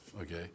okay